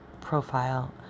profile